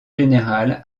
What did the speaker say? général